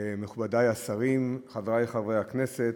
מכובדי השרים, חברי חברי הכנסת,